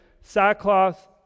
sackcloth